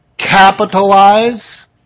capitalize